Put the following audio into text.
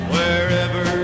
Wherever